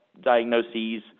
diagnoses